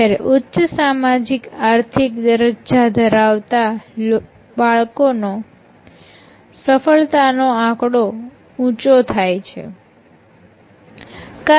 જ્યારે ઉચ્ચ સામાજિક આર્થિક દરજ્જા ધરાવતા બાળકોનો સફળતા નો આંકડો ઊંચો થાય છે